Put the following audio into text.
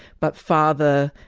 but father,